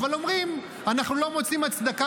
אבל אומרים: אנחנו לא מוצאים הצדקה